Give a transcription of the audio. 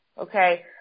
Okay